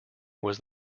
was